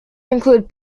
include